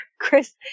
Chris